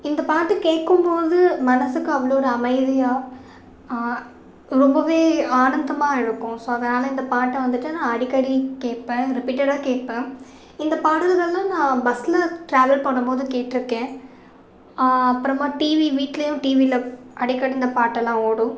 இந்த பாட்டு கேட்கும் போது மனதுக்கு அவ்வளோ ஒரு அமைதியாக ரொம்பவே ஆனந்தமா இருக்கும் ஸோ அதனால் இந்த பாட்டை வந்துட்டு நான் அடிக்கடி கேட்பேன் ரிப்பீட்டடாக கேட்பேன் இந்த பாடல்களெலாம் நான் பஸ்ஸில் டிராவல் பண்ணும் போது கேட்டிருக்கேன் அப்புறமா டிவி வீட்டுலையும் டிவியில் அடிக்கடி இந்த பாட்டெல்லாம் ஓடும்